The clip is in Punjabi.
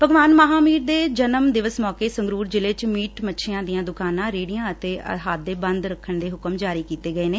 ਭਗਵਾਨ ਮਹਾਂਵੀਰ ਦੇ ਜਨਮ ਦਿਵਸ ਮੌਕੇ ਸੰਗਰੂਰ ਜ਼ਿਲ੍ਹੇ ਚ ਮੀਟ ਮੱਛੀ ਦੀਆਂ ਦੁਕਾਨਾਂ ਰੇਹੜੀਆਂ ਅਤੇ ਅਹਾਦੇ ਬੰਦ ਰੱਖਣ ਦੇ ਹੁਕਮ ਜਾਰੀ ਕੀਤੇ ਗਏ ਨੇ